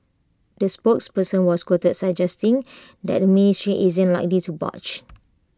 the spokesperson was quoted suggesting that ministry isn't likely to budge